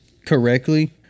Correctly